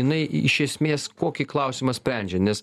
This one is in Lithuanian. jinai iš esmės kokį klausimą sprendžia nes